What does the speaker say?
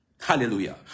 Hallelujah